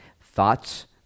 thoughts